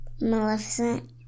Maleficent